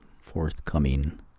forthcoming